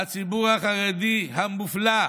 הציבור החרדי המופלא,